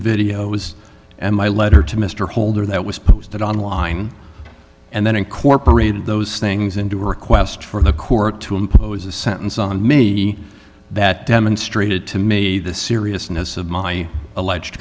videos and my letter to mr holder that was posted online and then incorporated those things into a request for the court to impose a sentence on me that demonstrated to me the seriousness of my alleged